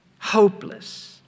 hopeless